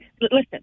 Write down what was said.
listen